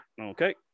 Okay